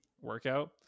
Workout